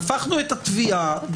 הפכנו את התביעה,